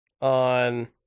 on